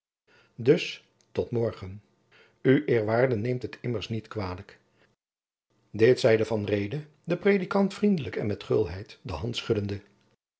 dus tot morgen u eerwaarde neemt het immers niet kwalijk dit zeide van reede den predikant vriendelijk en met gulheid de hand schuddende